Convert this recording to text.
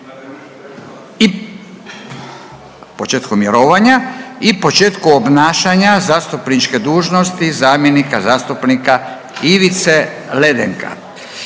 i početku obnašanja zastupničke dužnosti zamjenika zastupnika Ivice Ledenka.